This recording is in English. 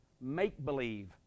make-believe